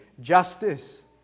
justice